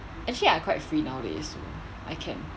actually I quite free nowadays I can